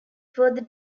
further